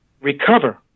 recover